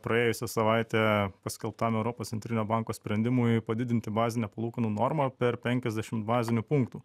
praėjusią savaitę paskelbtam europos centrinio banko sprendimui padidinti bazinę palūkanų normą per penkiasdešimt bazinių punktų